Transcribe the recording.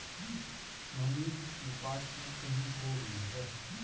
मनीष की पासबुक कहीं खो गई है